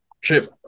trip